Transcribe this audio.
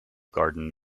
garden